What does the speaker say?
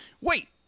Wait